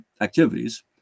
activities